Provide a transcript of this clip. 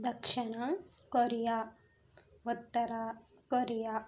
దక్షణ Korea ఉత్తర Korea